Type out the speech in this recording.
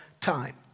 time